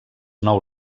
nou